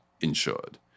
insured